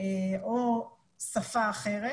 או שפה אחרת.